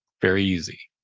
very easy.